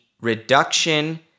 reduction